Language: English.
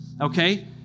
okay